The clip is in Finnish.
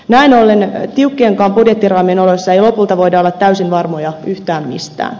näin ollen tiukkienkaan budjettiraamien oloissa ei lopulta voida olla täysin varmoja yhtään mistään